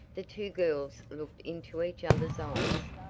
the two girls looked into each other's eyes.